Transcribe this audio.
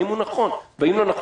האם לא נכון שאתם,